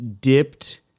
dipped